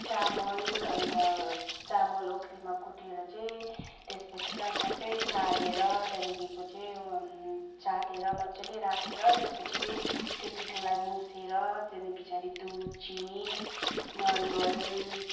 चामल अन्त चामल ओखलीमा कुटेर चाहिँ त्यसपछि चाहिँ अब सबै चालेर त्यहाँदेखिको चाहिँ चालेर मज्जाले राखेर त्यसपछि चाहिँ त्यो पिठोलाई मुछेर त्यहाँदेखि पछाडि दुध चिनी नरिवल